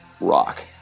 rock